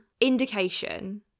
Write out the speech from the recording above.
indication